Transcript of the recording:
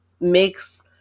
makes